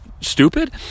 stupid